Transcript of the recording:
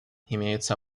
имеются